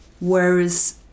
Whereas